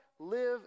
live